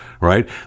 right